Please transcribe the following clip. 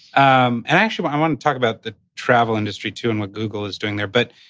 um and actually but i wanna talk about the travel industry too and what google is doing there. but,